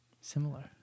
Similar